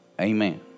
Amen